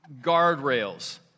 guardrails